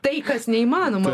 tai kas neįmanoma